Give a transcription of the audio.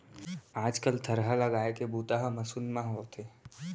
आज कल थरहा लगाए के बूता ह मसीन म होवथे